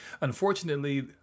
Unfortunately